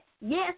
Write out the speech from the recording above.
yes